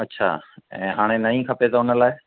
अच्छा ऐं हाणे नईं खपे त हुन लाइ